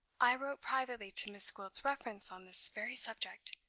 i wrote privately to miss gwilt's reference on this very subject.